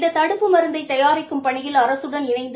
இந்த தடுப்பு மருந்தை தயாரிக்கும் பணியில் அரசுடன் இணைந்து